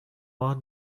ماه